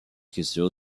question